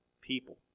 people